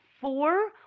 four